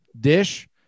dish